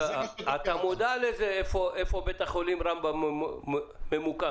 אתה מודע לאיפה בית החולים רמב"ם ממוקם,